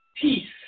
Peace